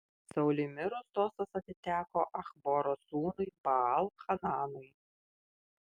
sauliui mirus sostas atiteko achboro sūnui baal hananui